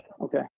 Okay